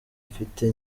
mfite